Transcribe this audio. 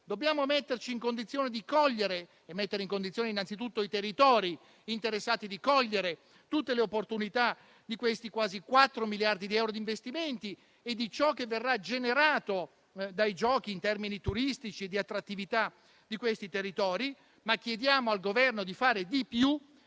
dobbiamo esserne consapevoli. Dobbiamo mettere in condizione innanzitutto i territori interessati di cogliere tutte le opportunità offerte dai quasi quattro miliardi di euro di investimenti e da ciò che verrà generato dai Giochi in termini turistici e di attività di quei territori, ma chiediamo al Governo di fare di più